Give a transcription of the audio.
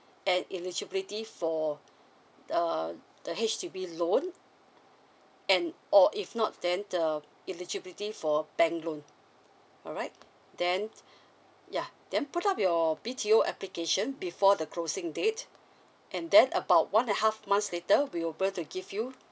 and elibiligty for err the H_D_B loan and or if not then the eligibility for bank loan then yeah then put up your B_T_O application before the closing date and then about one half months later we will able to give you